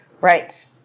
Right